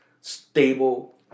stable